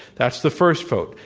that's the first vote.